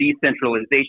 decentralization